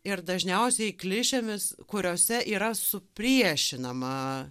ir dažniausiai klišėmis kuriose yra supriešinama